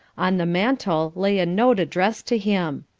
on the mantel lay a note addressed to him.